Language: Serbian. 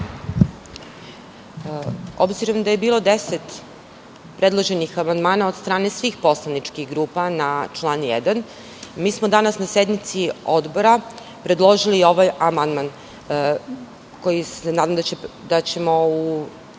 Obzirom da je bilo deset predloženih amandmana od strane svih poslaničkih grupa na član 1, mi smo danas na sednici Odbora predložili ovaj amandman, koji se nadam da ćemo u